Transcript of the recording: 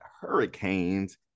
hurricanes